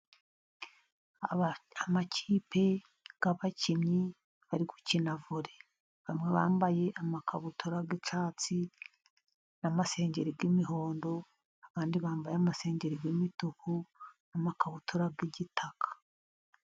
Amakipe y'abakinnyi bari gukina vore, bamwe bambaye amakabutura y'icyatsi n'amasengeri y'imihondo, abandi bambaye amasengeri y'imituku n'amakabutura y'igitaka.